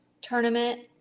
tournament